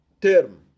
term